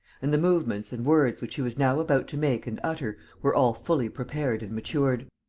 and the movements and words which he was now about to make and utter were all fully prepared and matured